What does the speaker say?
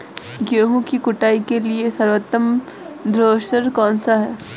गेहूँ की कुटाई के लिए सर्वोत्तम थ्रेसर कौनसा है?